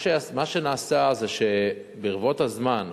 מה שנעשה זה שברבות הזמן,